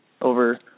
over